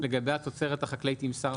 לגבי התוצרת החקלאית עם שר החקלאות?